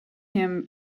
him